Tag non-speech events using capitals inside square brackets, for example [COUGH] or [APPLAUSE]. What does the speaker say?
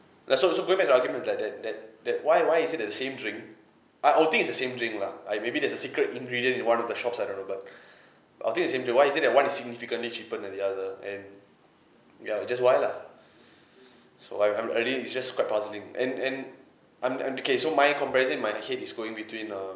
like so so going back to the arguments like that that that why why is it that the same drink uh I'll think is the same drink lah uh maybe there's a secret ingredient in one of the shops I don't know but [BREATH] I'll think is the same drink why is it that one is significantly cheaper than the other and ya it just why lah so I'm I'm really it's just quite puzzling and and I'm I'm the case so mine comparison my head is going between err